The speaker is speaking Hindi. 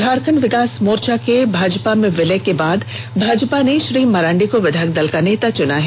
झारखंड विकास मोर्चा के भाजपा में विलय के बाद भाजपा ने श्री मरांडी को विधायक दल का नेता चुना है